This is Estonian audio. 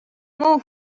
muu